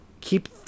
keep